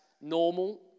normal